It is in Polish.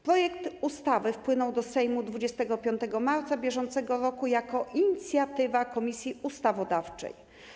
Projekt ustawy wpłynął do Sejmu 25 marca br. jako inicjatywa Komisji Ustawodawczej.